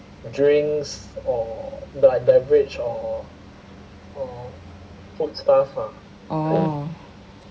orh